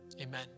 Amen